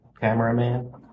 cameraman